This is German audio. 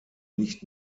nicht